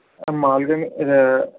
మామూలుగానే ఇదా